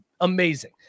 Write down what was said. amazing